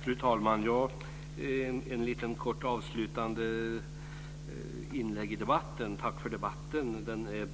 Fru talman! Jag vill göra ett litet kort avslutande inlägg i debatten. Tack för debatten!